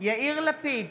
יאיר לפיד,